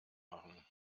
machen